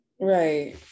right